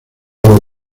los